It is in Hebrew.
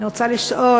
אני רוצה לשאול: